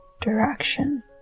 direction